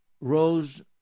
rose